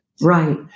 Right